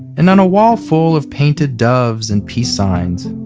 and on a wall full of painted doves and peace signs,